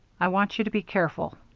i want you to be careful.